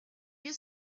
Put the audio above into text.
you